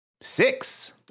six